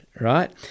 right